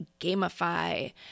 gamify